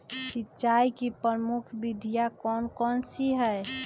सिंचाई की प्रमुख विधियां कौन कौन सी है?